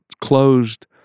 closed